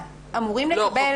אמורים לקבל